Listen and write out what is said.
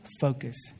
focus